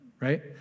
right